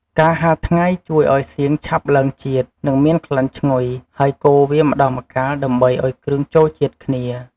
ការហាលថ្ងៃជួយឱ្យសៀងឆាប់ឡើងជាតិ និងមានក្លិនឈ្ងុយ ហើយកូរវាម្ដងម្កាល ដើម្បីឱ្យគ្រឿងចូលជាតិគ្នា។